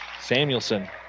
Samuelson